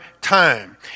time